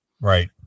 Right